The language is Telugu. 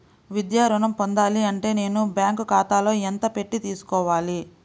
విద్యా ఋణం పొందాలి అంటే నేను బ్యాంకు ఖాతాలో ఎంత పెట్టి తీసుకోవాలి?